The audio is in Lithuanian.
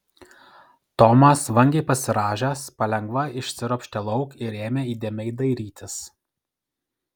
tomas vangiai pasirąžęs palengva išsiropštė lauk ir ėmė įdėmiai dairytis